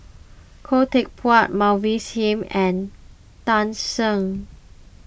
Khoo Teck Puat Mavis Hee and Tan Shen